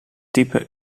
type